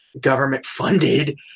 government-funded